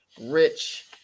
rich